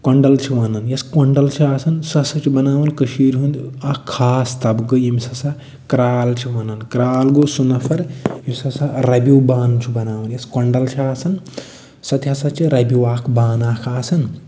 کۄنٛڈل چھِ وَنان یَس کۄنٛڈل چھِ آسان سُہ ہسا چھِ بَناوان کٔشیٖرِ ہُنٛد اکھ خاص طبقہٕ ییٚمِس ہَسا کرال چھِ وَنان کرال گوٚو سُہ نفر یُس ہَسا ربیوٗ بانہٕ چھُ بناوان یَس کۄنٛڈل چھِ آسان سۄ تہِ ہَسا چھِ ربیوٗ اکھ بانہٕ اکھ آسان